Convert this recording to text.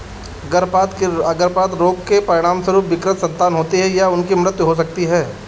गर्भपात रोग के परिणामस्वरूप विकृत संतान होती है या उनकी मृत्यु हो सकती है